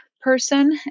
person